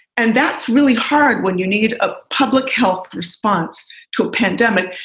and that's really hard when you need a public health response to a pandemic.